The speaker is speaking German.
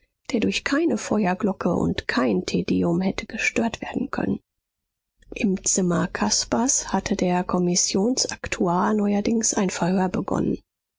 der durch keine feuerglocke und kein tedeum hätte gestört werden können im zimmer caspars hatte der kommissionsaktuar neuerdings ein verhör begonnen